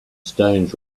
stones